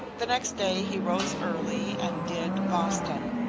the next day he rose early and did boston.